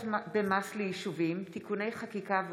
מיכאל מלכיאלי,